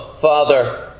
Father